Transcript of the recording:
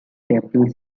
temple